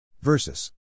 Versus